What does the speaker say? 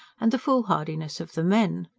and the foolhardiness of the men.